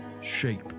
Shape